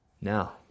Now